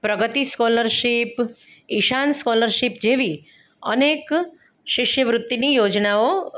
પ્રગતિ scholarship Ishan scholarship જેવી અનેક શિષ્યવૃત્તિની યોજનાઓ